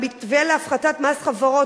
המתווה להפחתת מס חברות,